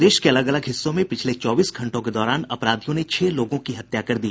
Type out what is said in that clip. प्रदेश के अलग अलग हिस्सों में पिछले चौबीस घंटों के दौरान अपराधियों ने छह लोगों की हत्या कर दी